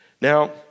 Now